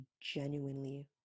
genuinely